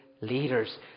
leaders